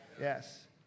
Yes